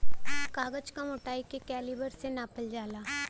कागज क मोटाई के कैलीबर से नापल जाला